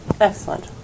Excellent